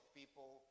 people